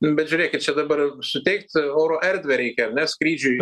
bet žiūrėkit čia dabar suteikt oro erdvę reikia ar ne skrydžiui